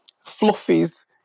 fluffies